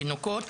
תינוקות,